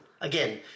Again